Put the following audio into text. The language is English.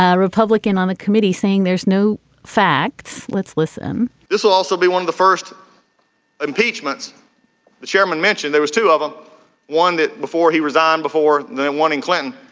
ah republican on a committee saying there's no facts. let's listen this will also be one of the first impeachments chairman mentioned there was two of them one that before he resigned, before then, one in clinton,